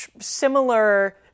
similar